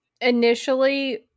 Initially